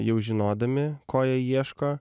jau žinodami ko jie ieško